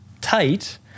tight